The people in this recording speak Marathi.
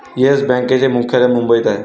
येस बँकेचे मुख्यालय मुंबईत आहे